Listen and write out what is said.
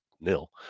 nil